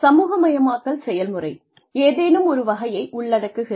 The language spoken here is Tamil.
சமூகமயமாக்கல் செயல்முறை ஏதேனும் ஒரு வகையை உள்ளடக்குகிறது